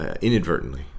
inadvertently